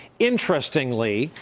interestingly,